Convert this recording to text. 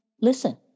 listen